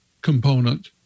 component